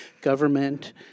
government